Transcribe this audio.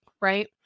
right